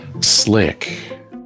slick